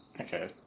Okay